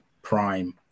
prime